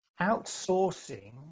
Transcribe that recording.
Outsourcing